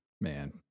Man